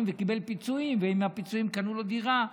וקיבל פיצויים ועם הפיצויים קנו לו דירה,